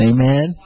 Amen